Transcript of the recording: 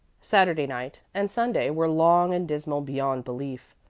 saturday night and sunday were long and dismal beyond belief.